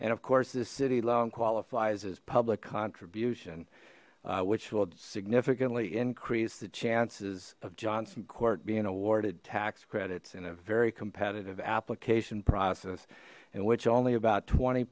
and of course this city loan qualifies as public contribution which will significantly increase the chances of johnson court being awarded tax credits in a very competitive application process in which only about twenty